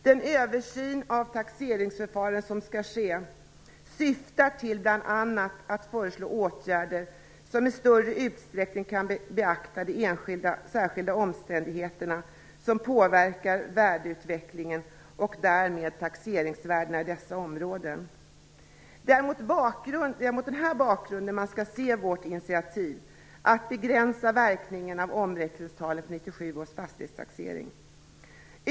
Den översyn av taxeringsförfarandet som skall ske syftar bl.a. till att föreslå åtgärder som i större utsträckning kan beakta de särskilda omständigheter som påverkar värdeutvecklingen och därmed taxeringsvärdena i dessa områden. Det är mot den här bakgrunden man skall se vårt initiativ, att begränsa verkningarna av omräkningstalen för 1997 års fastighetstaxering.